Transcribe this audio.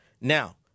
Now